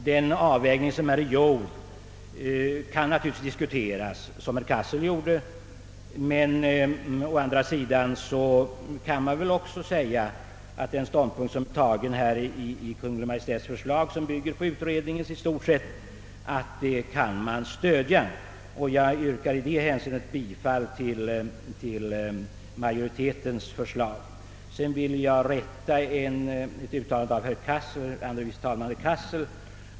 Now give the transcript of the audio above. Den avvägning som är gjord kan naturligtvis diskuteras — som herr Cassel gjorde — men å andra sidan kan man också säga att den ståndpunkt som intagits i Kungl. Maj:ts förslag och som i stort sett bygger på utredningen, den kan man stödja. Jag yrkar på denna punkt bifall till utskottets hemställan. Sedan vill jag korrigera ett uttalande av andre vice talmannen Cassel.